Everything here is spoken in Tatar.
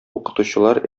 укытучылар